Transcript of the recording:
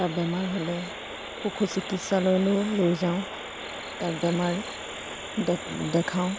তাৰ বেমাৰ হ'লে পশু চিকিৎসালয়লৈও লৈ যাওঁ তাৰ বেমাৰ দে দেখাওঁ